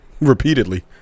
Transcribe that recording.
Repeatedly